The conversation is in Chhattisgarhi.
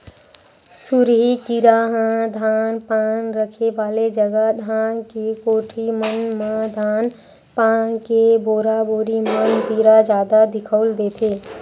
सुरही कीरा ह धान पान रखे वाले जगा धान के कोठी मन म धान पान के बोरा बोरी मन तीर जादा दिखउल देथे